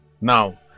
Now